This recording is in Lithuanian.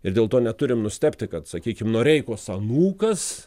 ir dėl to neturim nustebti sakykim noreikos anūkas